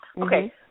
Okay